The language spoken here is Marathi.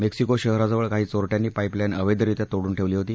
मेक्सिको शहराजवळ काही चोर िवांनी पाईप लाईन अवैधरित्या तोडून ठेवली होती